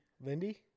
Lindy